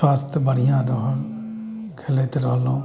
स्वस्थ्य बढ़िऑं रहल खेलैत रहलहुॅं